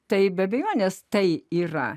taip be abejonės tai yra